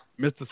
Mr